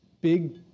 big